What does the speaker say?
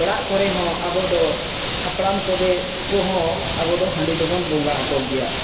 ᱚᱲᱟᱜ ᱠᱚᱨᱮ ᱦᱚᱸ ᱟᱵᱚ ᱫᱚ ᱦᱟᱯᱲᱟᱢ ᱠᱚᱵᱮ ᱠᱚᱦᱚᱸ ᱟᱵᱚ ᱫᱚ ᱦᱟᱺᱰᱤ ᱫᱚ ᱵᱚᱱ ᱵᱚᱸᱜᱟ ᱦᱟᱠᱚ ᱜᱮᱭᱟ